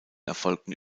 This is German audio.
erfolgten